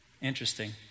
Interesting